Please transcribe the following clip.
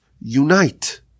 unite